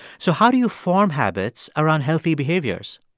so how do you form habits around healthy behaviors?